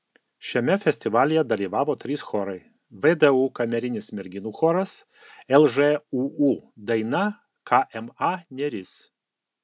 šiame festivalyje dalyvavo trys chorai vdu kamerinis merginų choras lžūu daina kma neris